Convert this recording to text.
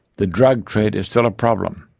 the drug trade is still a problem,